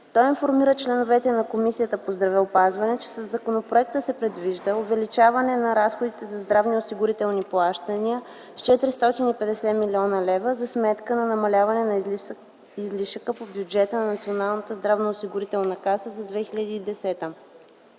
Той информира членовете на Комисията по здравеопазването, че със законопроекта се предвижда увеличаване на разходите за здравноосигурителни плащания с 450 млн. лв. за сметка на намаляване на излишъка по бюджета на Националната здравноосигурителна каса за 2010 г.